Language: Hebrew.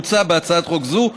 מוצע בהצעת חוק זו,